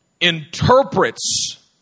interprets